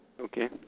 Okay